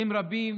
נוסעים רבים